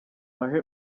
ahe